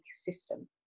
system